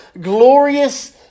glorious